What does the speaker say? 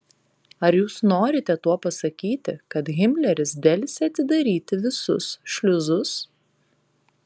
ar jūs norite tuo pasakyti kad himleris delsė atidaryti visus šliuzus